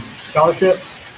Scholarships